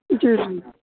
جی جی